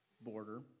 border